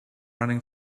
running